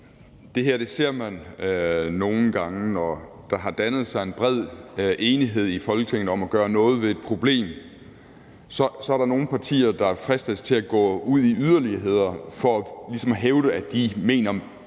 Det her ser man nogle gange: Når der har dannet sig en bred enighed i Folketinget om at gøre noget ved et problem, er der nogle partier, der fristes til at gå ud i yderligheder for ligesom at hævde, at de mere mener,